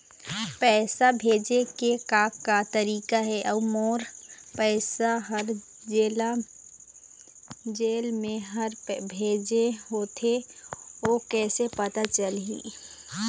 पैसा भेजे के का का तरीका हे अऊ मोर पैसा हर जेला मैं हर भेजे होथे ओ कैसे पता चलही?